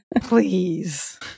Please